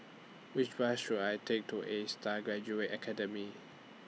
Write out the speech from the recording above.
Which Bus should I Take to A STAR Graduate Academy